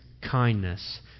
kindness